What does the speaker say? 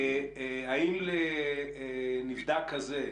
האם לנבדק כזה,